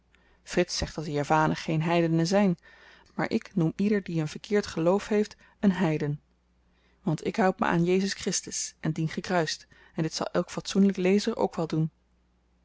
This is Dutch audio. frits zegt dat de javanen geen heidenen zyn maar ik noem ieder die een verkeerd geloof heeft een heiden want ik houd me aan jezus christus en dien gekruist en dit zal elk fatsoenlyk lezer ook wel doen